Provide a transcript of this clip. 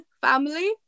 family